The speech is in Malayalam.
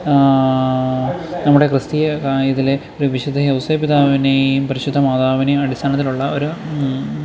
നമ്മുടെ ക്രിസ്തീയ ഇതിലെ ഒരു വിശുദ്ധ ഔസേപ്പ് പിതാവിനെയും പരിശുദ്ധ മാതാവിനെയും അടിസ്ഥാനത്തിലുള്ള ഒരു